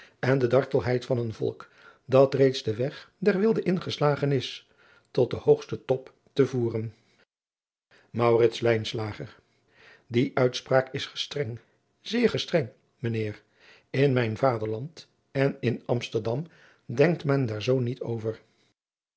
en de dartelheid van een volk dat reeds den weg der weelde ingeslagen is tot den hoogsten top te voeren maurits lijnslager die uitspraak is gestreng zeer gestreng mijn heer in mijn vaderland en in amsterdam denkt men daar zoo niet over